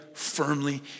firmly